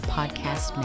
Podcast